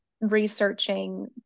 researching